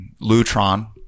Lutron